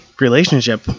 relationship